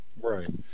right